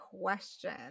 question